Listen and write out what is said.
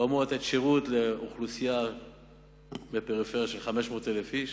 הוא אמור לתת שירות לאוכלוסייה של 500,000 איש